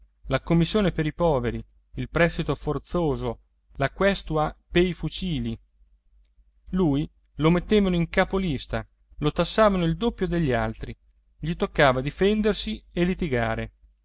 la commissione per i poveri il prestito forzoso la questua pei fucili lui lo mettevano in capo lista lo tassavano il doppio degli altri gli toccava difendersi e litigare